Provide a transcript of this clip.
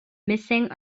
missing